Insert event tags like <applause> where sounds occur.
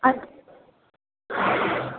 <unintelligible>